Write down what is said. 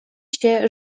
się